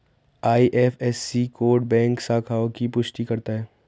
IFSC code bank शाखाओं की पुष्टि करता है